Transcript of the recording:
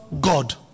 god